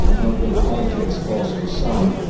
not being chronically exposed to sun.